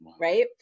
right